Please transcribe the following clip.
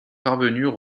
parvenus